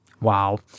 Wow